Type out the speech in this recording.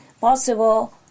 possible